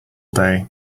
day